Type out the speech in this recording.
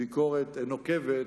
ביקורת נוקבת,